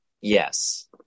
Yes